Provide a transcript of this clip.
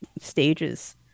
stages